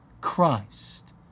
Christ